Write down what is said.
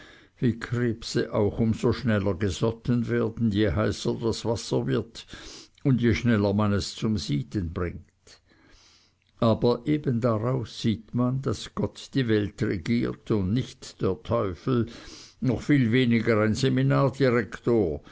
wie krebse auch um so schneller gesotten werden je heißer das wasser wird und je schneller man es zum sieden bringt aber eben daraus sieht man daß gott die welt regiert und nicht der teufel noch viel weniger ein